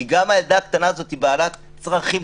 כי גם הילדה הקטנה הזאת בעלת צרכים,